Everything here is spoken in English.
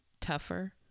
tougher